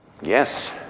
Yes